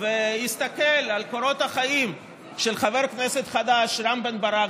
ויסתכל על קורות החיים של חבר הכנסת החדש רם בן-ברק,